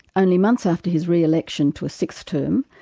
only months after his re-election to a sixth term,